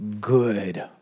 good